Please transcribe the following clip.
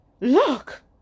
Look